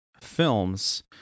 films